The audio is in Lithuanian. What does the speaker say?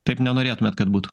taip nenorėtumėt kad būtų